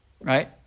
right